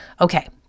Okay